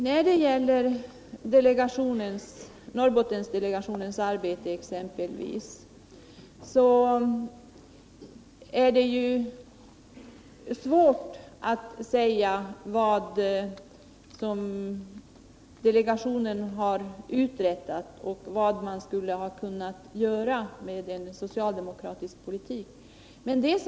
När det gäller Norrbottendelegationens arbete är det ju svårt att säga vad delegationen har uträttat och vad man skulle ha kunnat göra med en socialdemokratisk politik.